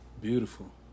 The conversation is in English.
Beautiful